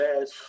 ass